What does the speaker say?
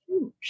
huge